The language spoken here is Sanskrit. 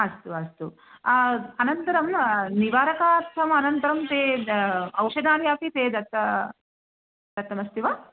अस्तु अस्तु अनन्तरं निवारणार्थम् अनन्तरं ते औषधानि अपि ते दत्त दत्तमस्ति वा